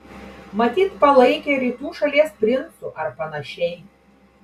matyt palaikė rytų šalies princu ar panašiai